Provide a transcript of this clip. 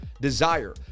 desire